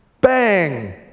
Bang